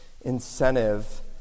incentive